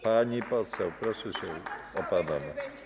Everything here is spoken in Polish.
Pani poseł, proszę się opanować.